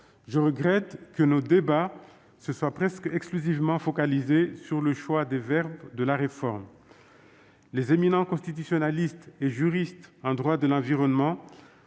je regrette que nos débats se soient presque exclusivement focalisés sur le choix des verbes de la réforme. Les éminents constitutionnalistes et juristes en droit de l'environnement